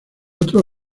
otros